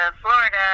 Florida